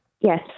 Yes